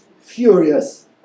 furious